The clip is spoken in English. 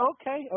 Okay